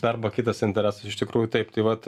arba kitas interesas iš tikrųjų taip tai vat